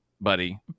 buddy